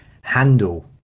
handle